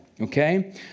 Okay